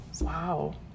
Wow